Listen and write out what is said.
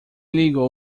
ligou